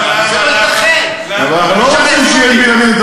אנחנו לא רוצים שיהיו דיונים,